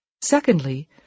Secondly